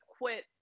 quit